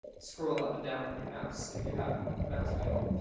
scroll up and down on your mouse, if you have a mouse wheel.